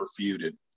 feuded